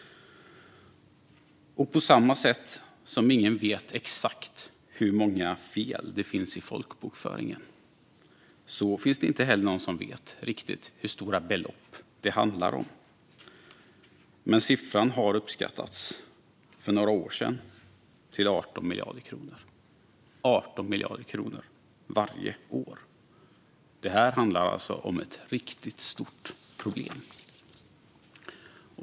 På samma sätt som ingen vet exakt hur många fel det finns i folkbokföringen finns det inte heller någon som riktigt vet hur stora belopp det handlar om. Siffran uppskattades dock för några år sedan till 18 miljarder kronor - 18 miljarder kronor varje år! Det handlar alltså om ett riktigt stort problem.